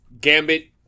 Gambit